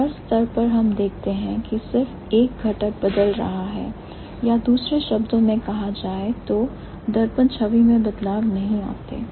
हर level पर हम देखते हैं कि सिर्फ एक घटक बदल रहा है या दूसरे शब्दों में कहा जाए तो दर्पण छवि में बदलाव नहीं आते हैं